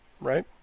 Right